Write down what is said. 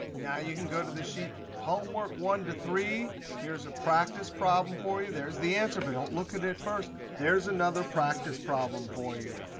now, you can go to the sheet homework one to three. here's a practice problem for you. there's the answer, but don't look at it first. there's another practice problem for you.